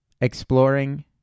exploring